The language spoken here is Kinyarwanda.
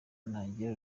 nagira